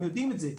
הם יודעים את זה,